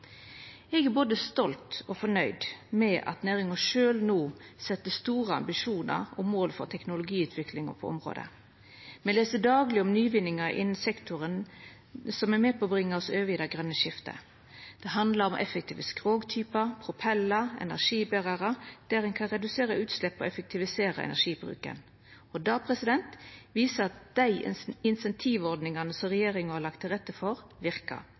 Eg er både stolt over og fornøgd med at næringa sjølv no set store ambisjonar og mål for teknologiutviklinga på området. Me les dagleg om nyvinningar innan sektoren som er med på å bringa oss over i det grøne skiftet. Det handlar om effektive skrogtypar, propellar, energiberarar, der ein kan redusera utsleppa og effektivisera energibruken. Det viser at dei incentivordningane som regjeringa har lagt til rette for, verkar.